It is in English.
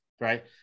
right